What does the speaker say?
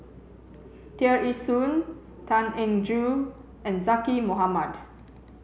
Tear Ee Soon Tan Eng Joo and Zaqy Mohamad